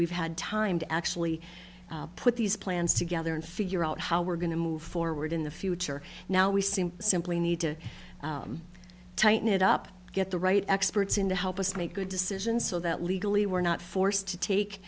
we've had time to actually put these plans together and figure out how we're going to move forward in the future now we seem to simply need to tighten it up get the right experts in to help us make good decisions so that legally we're not forced to take